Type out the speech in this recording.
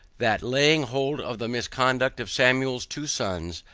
that laying hold of the misconduct of samuel's two sons,